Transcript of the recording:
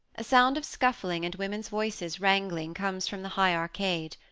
a sound of scuffling and women s voices wrangling comes from the high ar cade.